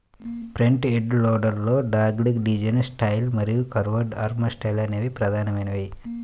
front end loader లలో dogleg design style మరియు curved arm style అనేవి ప్రధానమైనవి